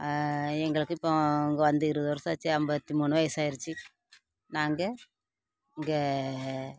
எங்களுக்கு இப்போது இங்கே வந்து இருபது வருடம் ஆச்சு ஐம்பத்தி மூணு வயிது ஆகிருச்சு நாங்கள் இங்கே